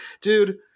Dude